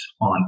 on